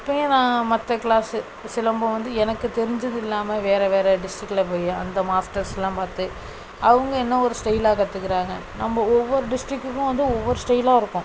இப்பையும் நான் மற்ற க்ளாஸ்ஸு சிலம்பம் வந்து எனக்கு தெரிஞ்சது இல்லாமல் வேறு வேறு டிஸ்ட்ரிக்கில் போய் அந்த மாஸ்ட்டர்ஸ் எல்லாம் பார்த்து அவங்க என்ன ஒரு ஸ்டெயிலாக கற்றுக்கிறாங்க நம்ப ஒவ்வொரு டிஸ்ட்ரிக்குக்கும் வந்து ஒவ்வொரு ஸ்டெயிலாக இருக்கும்